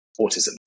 autism